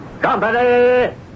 Company